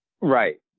Right